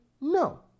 No